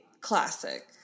classic